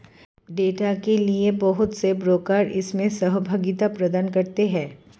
data के लिये बहुत से ब्रोकर इसमें सहभागिता प्रदान करते हैं